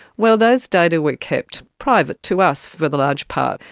well, those data were kept private to us for the large part,